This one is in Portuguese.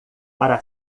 para